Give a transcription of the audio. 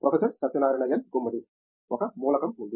professor Satyanarayana N Gummadi ఒక మూలకం ఉంది